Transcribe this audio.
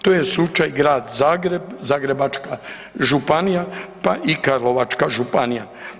To je slučaj Grad Zagreba, Zagrebačka županija pa i Karlovačka županija.